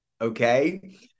okay